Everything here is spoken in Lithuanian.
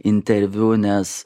interviu nes